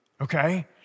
Okay